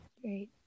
Great